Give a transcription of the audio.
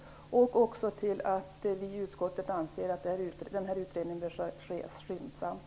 Jag vill också säga att vi i utskottet anser att utredningen bör ske skyndsamt.